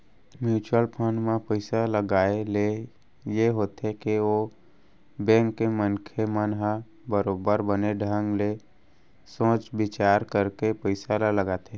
mutual fund म पइसा लगाए ले ये होथे के ओ बेंक के मनखे मन ह बरोबर बने ढंग ले सोच बिचार करके पइसा ल लगाथे